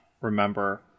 remember